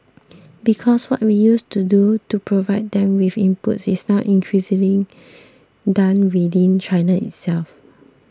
because what we used to do to provide them with inputs is now increasingly done within China itself